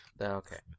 Okay